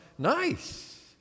nice